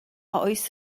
oes